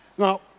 Now